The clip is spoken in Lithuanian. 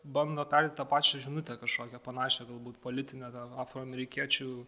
bando perteikt tą pačią žinutę kažkokią panašią galbūt politinę gal afroamerikiečių